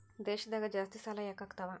ದೇಶದಾಗ ಜಾಸ್ತಿಸಾಲಾ ಯಾಕಾಗ್ತಾವ?